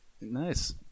Nice